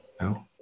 no